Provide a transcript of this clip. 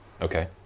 Okay